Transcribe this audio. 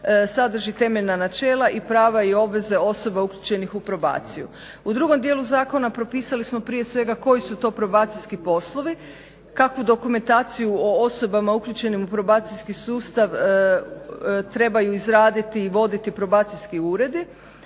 Sadrži temeljna načela i prava i obveze osoba uključenih u probaciju. U drugom dijelu zakona propisali smo prije svega koji su to probacijski poslovi, kakvu dokumentaciju o osobama uključenim u probacijskim sustav trebaju izraditi i voditi probacijski uredi,